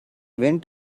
went